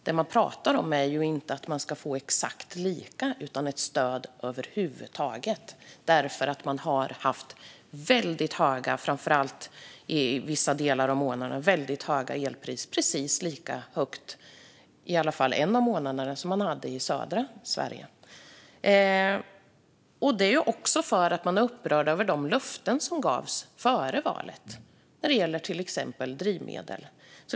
De säger inte att de ska få exakt lika mycket men i alla fall något stöd eftersom de vissa tider har haft höga elpriser och åtminstone en månad lika höga som i södra Sverige. De är också upprörda över de löften som gavs före valet vad gäller till exempel drivmedel.